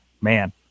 Man